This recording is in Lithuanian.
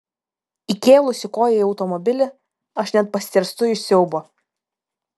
įkėlusi koją į automobilį aš net pastėrstu iš siaubo